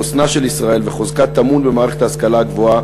חוסנה של ישראל וחוזקה טמונים במערכת ההשכלה הגבוהה